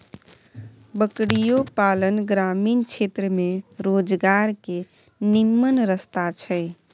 बकरियो पालन ग्रामीण क्षेत्र में रोजगार के निम्मन रस्ता छइ